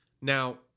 Now